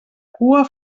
cua